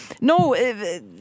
No